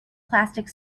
plastic